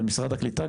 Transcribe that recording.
משרד הקליטה,